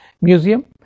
museum